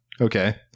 Okay